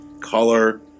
color